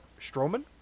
Strowman